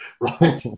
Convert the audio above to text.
Right